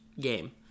game